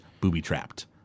booby-trapped